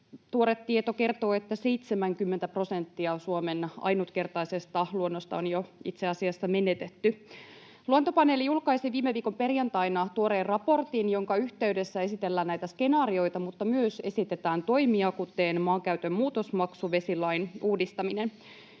Tuore tieto kertoo, että 70 prosenttia Suomen ainutkertaisesta luonnosta on jo itse asiasta menetetty. Luontopaneeli julkaisi viime viikon perjantaina tuoreen raportin, jonka yhteydessä esitellään näitä skenaarioita mutta myös esitetään toimia, kuten maankäytön muutosmaksu, vesilain uudistaminen.